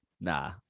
Nah